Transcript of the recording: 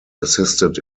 assisted